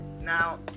Now